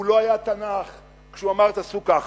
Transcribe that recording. הוא לא היה תנ"ך כשהוא אמר "תעשו ככה",